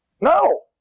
No